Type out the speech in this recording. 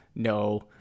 no